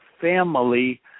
family